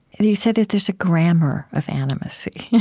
you said that there's a grammar of animacy.